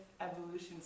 evolution